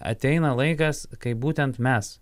ateina laikas kai būtent mes